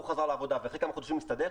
הוא חזר לעבודה ואחרי כמה חודשים הוא הסתדר,